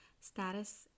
status